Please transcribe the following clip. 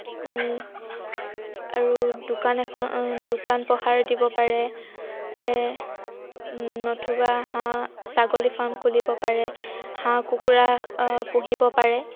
আৰু দোকান এখন দোকান পহাৰ দিব পাৰে নতুবা হাঁহ ছাগলী ফাৰ্ম খুলিব পাৰে হাঁহ কুকুৰা পুহিব পাৰে